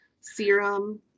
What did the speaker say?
serum